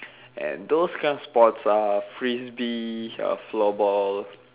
and those kind of sports are Frisbee uh floorball